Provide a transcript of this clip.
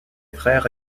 frères